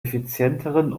effizienteren